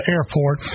Airport